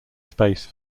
space